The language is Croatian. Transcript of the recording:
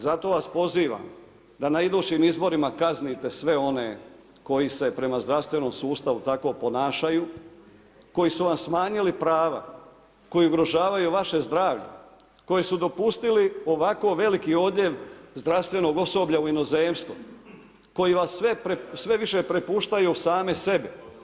Zato vas pozivam da na idućim izborima kaznite sve one koji se prema zdravstvenom sustavu tako ponašaju, koji su vam smanjili prava, koji ugrožavaju vaše zdravlje, koji su dopustili ovako veliki odljev zdravstvenog osoblja u inozemstvu, koji sve više prepuštaju sami sebi.